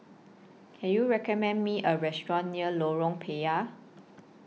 Can YOU recommend Me A Restaurant near Lorong Payah